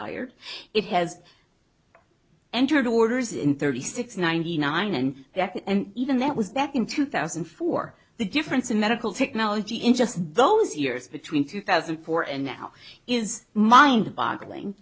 desired it has entered orders in thirty six ninety nine and even that was back in two thousand and four the difference in medical technology in just those years between two thousand and four and now is mind boggling